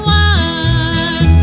one